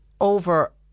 over